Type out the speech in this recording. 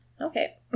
Okay